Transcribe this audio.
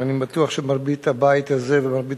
ואני בטוח שמרבית הבית הזה ומרבית